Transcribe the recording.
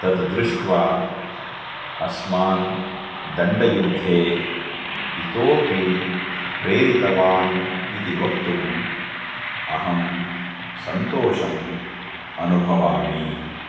तत् दृष्ट्वा अस्मान् दण्डयुद्धे इतोपि प्रेरितवान् इति वक्तुम् अहं सन्तोषम् अनुभवामि